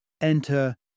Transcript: Enter